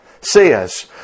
says